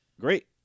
great